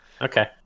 Okay